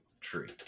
tree